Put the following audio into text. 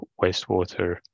wastewater